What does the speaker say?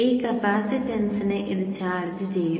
ഈ കപ്പാസിറ്റൻസിനെ ഇത് ചാർജ് ചെയ്യും